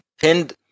pinned